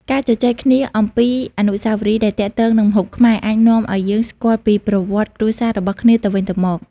ការជជែកគ្នាអំពីអនុស្សាវរីយ៍ដែលទាក់ទងនឹងម្ហូបខ្មែរ អាចនាំឱ្យយើងស្គាល់ពីប្រវត្តិគ្រួសាររបស់គ្នាទៅវិញទៅមក។